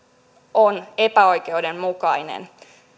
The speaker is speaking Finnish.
on epäoikeudenmukainen